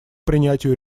принятию